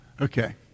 Okay